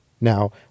Now